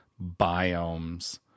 biomes